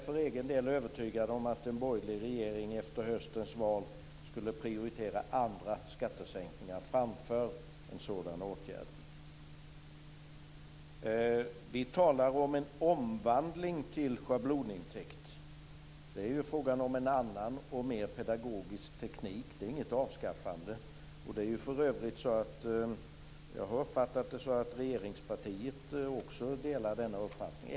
För egen del är jag övertygad om att en borgerlig regering efter höstens val skulle prioritera andra skattesänkningar framför en sådan åtgärd. Vi talar om en omvandling till schablonintäkt. Det är fråga om en annan och mer pedagogisk teknik. Det är inget avskaffande. För övrigt har jag uppfattat det som att regeringspartiet också delar denna uppfattning.